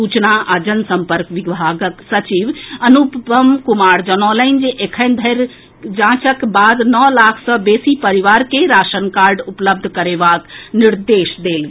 सूचना आ जन सम्पर्क विभागक सचिव अनुपम कुमार जनौलनि जे एखन धरिक जांचक बाद नओ लाख सँ बेसी परिवार के राशन कार्ड उपलब्ध करेबाक निर्देश देल गेल अछि